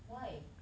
why